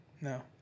no